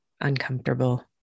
uncomfortable